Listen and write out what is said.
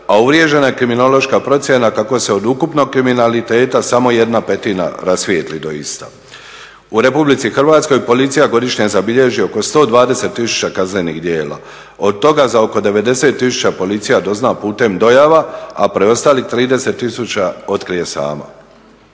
a uvriježena je kriminološka procjena kako se od ukupnog kriminaliteta samo jedna petina rasvijetli doista. U Republici Hrvatskoj policija godišnje zabilježi oko 120 tisuća kaznenih djela. Od toga za oko 90 tisuća policija dozna putem dojava, a preostalih 30 tisuća otkrije sama.